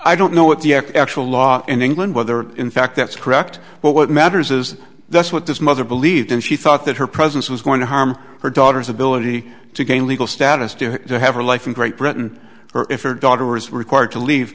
i don't know what the eck actual law in england whether in fact that's correct but what matters is that's what this mother believed and she thought that her presence was going to harm her daughter's ability to gain legal status to have her life in great britain or if her daughter was required to leave